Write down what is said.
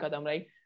right